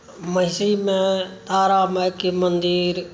महिषीमे तारामाइके मन्दिर